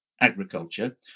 agriculture